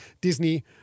disney